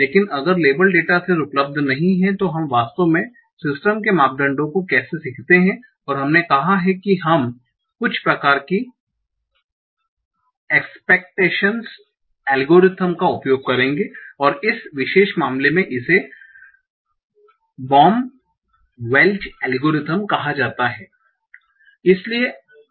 लेकिन अगर label data set उपलब्ध नहीं है तो हम वास्तव में सिस्टम के मापदंडों को कैसे सीखते हैं और हमने कहा कि हम कुछ प्रकार की एक्सपेकटेशन एल्गोरिथम का उपयोग करेंगे और इस विशेष मामले में इसे बॉम वेल्च एल्गोरिथम कहा जाता है